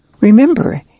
Remember